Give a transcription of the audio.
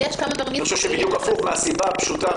מהסיבה הפשוטה,